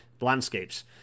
landscapes